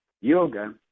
yoga